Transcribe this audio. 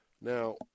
Now